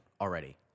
already